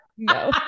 No